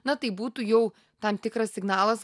na tai būtų jau tam tikras signalas